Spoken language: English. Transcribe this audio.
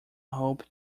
hope